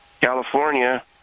California